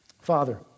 Father